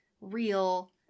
real